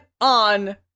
on